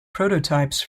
prototypes